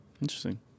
Interesting